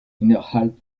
innerhalb